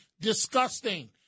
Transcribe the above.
disgusting